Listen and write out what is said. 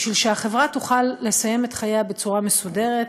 כדי שהחברה תוכל לסיים את חייה בצורה מסודרת.